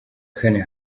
kane